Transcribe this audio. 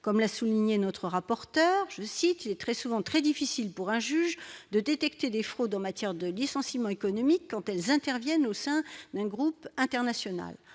comme l'a souligné, notre rapporteur, je cite, les très souvent très difficile pour un juge de détecter les fraudes aux matières de licenciements économiques quand elles interviennent au sein d'un groupe international,